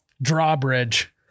Drawbridge